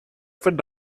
fet